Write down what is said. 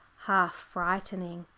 half frightening.